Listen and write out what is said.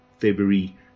February